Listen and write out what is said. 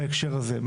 בהקשר הזה.